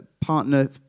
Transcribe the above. partner